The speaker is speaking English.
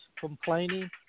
complaining